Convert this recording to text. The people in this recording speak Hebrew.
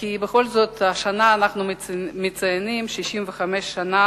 כי בכל זאת, השנה אנחנו מציינים 65 שנה